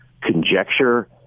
conjecture